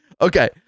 Okay